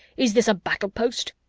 is this a battle post?